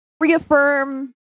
reaffirm